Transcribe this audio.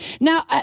Now